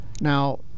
Now